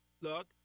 look